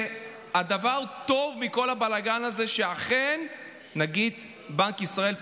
והדבר הטוב מכל הבלגן הזה הוא שאכן נגיד בנק ישראל פרופ'